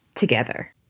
together